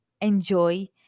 enjoy